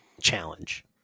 challenge